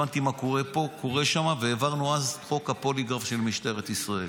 הבנתי מה קורה שם והעברנו אז את חוק הפוליגרף של משטרת ישראל.